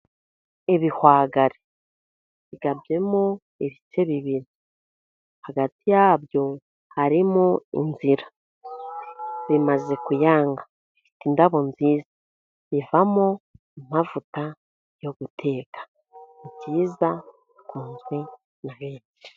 Ibihwagari bigabyemo ibice bibiri Hagati ya byo harimo inzira. Bimaze kuyanga. Bifite indabo nziza. Bivamo amavuta yo guteka. Ni ibyiza, bikunzwe na benshi.